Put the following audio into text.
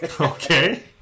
Okay